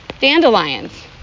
dandelions